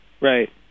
Right